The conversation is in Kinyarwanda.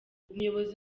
umuyobozi